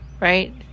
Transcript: right